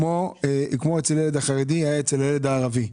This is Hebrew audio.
כמו אצל הילד החרדי היה אצל הילד הערבי.